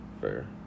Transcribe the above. Fair